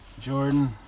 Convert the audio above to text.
Jordan